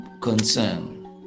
concern